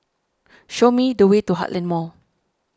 show me the way to Heartland Mall